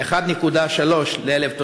1.3 ל-1,000 תושבים.